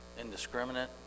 indiscriminate